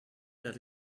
that